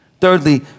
Thirdly